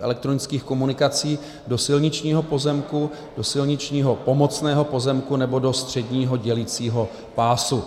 elektronických komunikací do silničního pozemku, do silničního pomocného pozemku nebo do středního dělicího pásu.